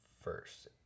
first